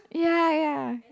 ya ya